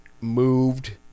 moved